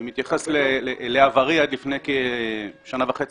אני מתייחס לעברי עד לפני כשנה וחצי